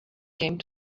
came